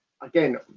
again